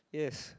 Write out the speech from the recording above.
yes